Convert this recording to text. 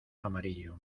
amarillo